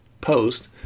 Post